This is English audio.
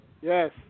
Yes